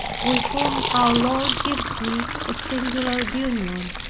with whom our lord gives me a singular union.